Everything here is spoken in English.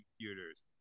computers